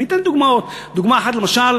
אני אתן דוגמאות, דוגמה אחת למשל,